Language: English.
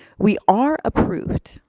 we are approved,